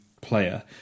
player